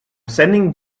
sending